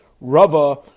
Rava